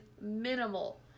minimal